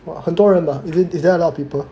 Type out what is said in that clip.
!wah! 很多人的 is there a lot of people